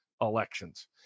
elections